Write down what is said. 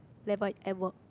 level at work